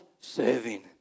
serving